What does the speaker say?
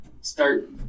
start